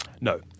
No